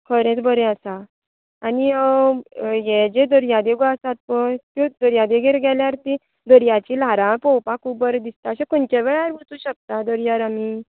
खरेंच बरें आसा आनी अं हे जे दर्यादेगो आसात पळय त्योच दर्यादेगेर गेल्यार ती दर्याची ल्हारां पळोवपाक खूब बरें दिसता अशें खंयच्या वेळार वचूंक शकता दर्यार आमीं